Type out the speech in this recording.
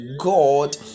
god